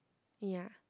ya